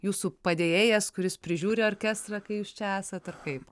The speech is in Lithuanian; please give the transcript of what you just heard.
jūsų padėjėjas kuris prižiūri orkestrą kai jūs čia esat ar kaip